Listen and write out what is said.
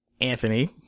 Anthony